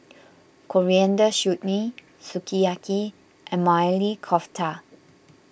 Coriander Chutney Sukiyaki and Maili Kofta